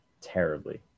terribly